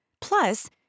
Plus